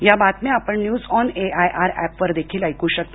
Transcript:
या बातम्या आपण न्यूज ऑन एआयआर ऍपवर देखील ऐकू शकता